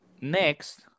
next